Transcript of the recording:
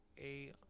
A-